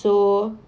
so